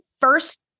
first